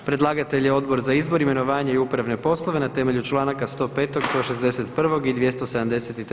Predlagatelj je Odbor za izbor, imenovanje i upravne poslove na temelju Članaka 105., 161. i 273.